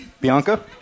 Bianca